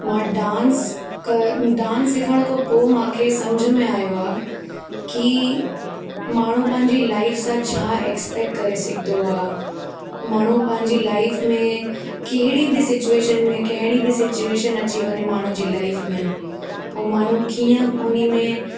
मां डांस क डांस सिखण खों पोइ मूंखे सम्झि में आयो आहे की माण्हूं पंहिंजी लाइफ़ सां छा एक्सपेक्ट करे सघंदो आहे माण्हूं पंहिंजी लाइफ़ में कहिड़ी बि सिचयूएशन में कहिड़ी बि सिचयूएशन अची वञे माण्हूंअ जी लाइफ़ में हो माण्हूं कीअं उनमें